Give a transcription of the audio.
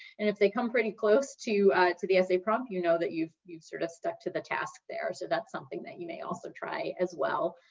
and if they come pretty close to to the essay prompt, you know that you've you've sort of stuck to the task there. so that's something that you may also try as well.